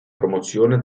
promozione